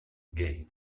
gain